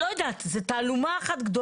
לא יודעת, זו תעלומה אחת גדולה.